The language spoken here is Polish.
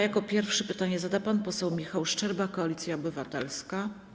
Jako pierwszy pytanie zada pan poseł Michał Szczerba, Koalicja Obywatelska.